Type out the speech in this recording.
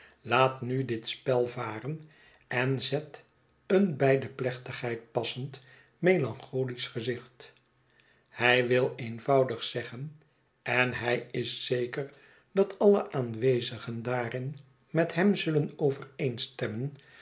laat nu dit spel varen en zet een bij de plechtigheid passend melancholisch gezicht hij wil eenvoudig zeggen en hij is zeker dat alle aanwezigen daarin met hem zulien